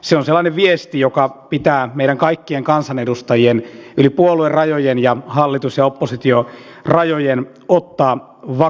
se on sellainen viesti joka pitää meidän kaikkien kansanedustajien yli puoluerajojen ja hallitus ja oppositiorajojen ottaa vakavasti